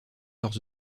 leurs